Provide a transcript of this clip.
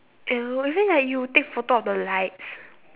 oh isn't like you take photo of the lights